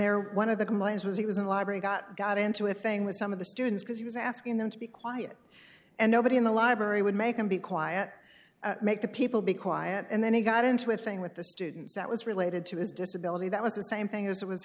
there one of the mines was he was in a library got got into a thing with some of the students because he was asking them to be quiet and nobody in the library would make them be quiet make the people be quiet and then he got into a thing with the students that was related to his disability that was the same thing as it was